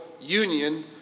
union